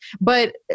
but-